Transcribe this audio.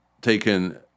taken